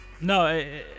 No